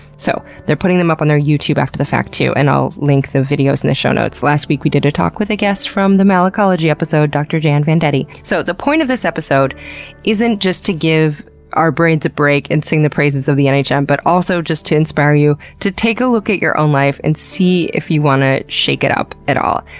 so they're putting them up on their youtube after the fact too, and i'll link the videos in the show notes. last week we did a talk with a guest from the malacology episode, dr. jann vendetti. so, the point of this episode isn't just to give our brains a break and sing the praises of the nhm, but also just to inspire you to take a look at your own life and see if you want to shake it up at all.